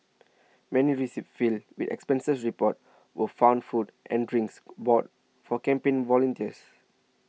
many receipts filed the expenses reports were found food and drinks bought for campaign volunteers